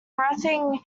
berthing